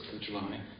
July